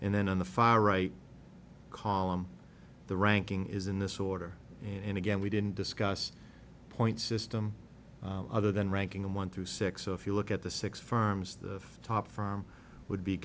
and then on the far right column the ranking is in this order and again we didn't discuss points system other than ranking them one through six so if you look at the six firms the top from would be